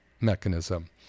mechanism